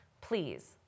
please